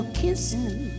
kissing